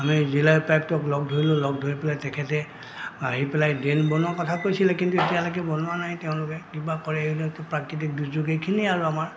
আমি জিলা উপায়ুক্তক লগ ধৰিলোঁ লগ ধৰি পেলাই তেখেতে আহি পেলাই ড্ৰে'ন বনোৱা কথা কৈছিলে কিন্তু এতিয়ালৈকে বনোৱা নাই তেওঁলোকে কিবা কৰে এনেওটো প্ৰাকৃতিক দুৰ্যোগ এইখিনিয়ে আৰু আমাৰ